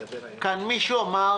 מישהו כאן אמר,